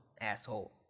asshole